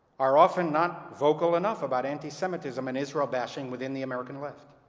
are often not vocal enough about anti-semitism and israel bashing within the american left.